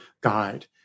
guide